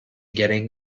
getting